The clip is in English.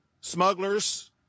smugglers